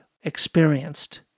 experienced